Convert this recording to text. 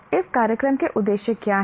इस कार्यक्रम के उद्देश्य क्या हैं